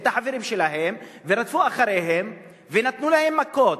את החברים שלהם, ורדפו אחריהם ונתנו להם מכות.